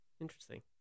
Interesting